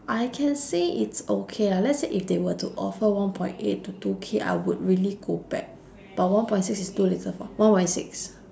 I can say it's okay lah let's say if they were to offer one point eight to two K I would really go back but one point six is too little for one point six